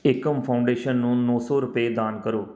Ekam foundation ਨੂੰ ਨੌ ਸੌ ਰੁਪਏ ਦਾਨ ਕਰੋ